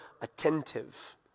attentive